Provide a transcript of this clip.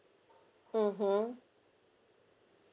mmhmm